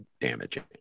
damaging